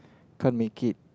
can't make it